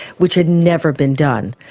which had never been done.